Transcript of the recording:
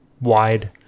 wide